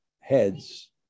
heads